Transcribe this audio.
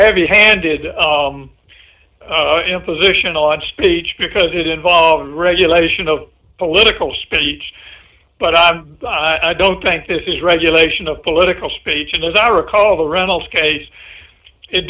heavy handed position on speech because it involves regulation of political speech but i don't think this is regulation of political speech and as i recall the ronald case it